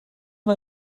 war